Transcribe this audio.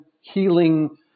healing